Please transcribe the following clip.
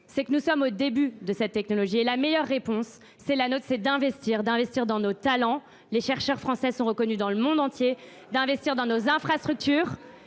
c’est que nous sommes au début de cette technologie et que la meilleure réponse est la nôtre : investir – investir dans nos talents,… Trop tard !… les chercheurs français étant reconnus dans le monde entier, investir dans nos infrastructures